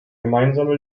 gemeinsame